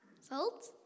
Salt